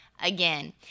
again